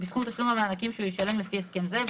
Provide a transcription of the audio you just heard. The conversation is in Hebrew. בסכום תשלום המענקים שהוא ישלם לפי הסכם זה,